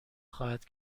خواهد